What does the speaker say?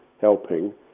helping